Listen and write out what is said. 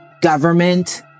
government